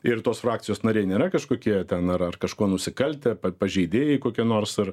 ir tos frakcijos nariai nėra kažkokie ten ar ar kažkuo nusikaltę pažeidėjai kokie nors ar